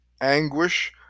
anguish